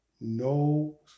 no